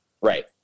Right